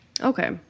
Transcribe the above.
Okay